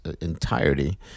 entirety